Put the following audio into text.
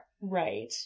Right